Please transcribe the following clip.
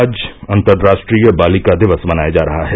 आज अंतर्राष्ट्रीय बालिका दिवस मनाया जा रहा है